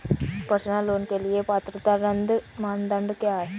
Personal loan के लिए पात्रता मानदंड क्या हैं?